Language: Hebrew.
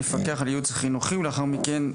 מפקח על ייעוץ החינוכי ולאחר מכן,